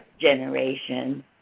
generation